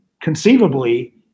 conceivably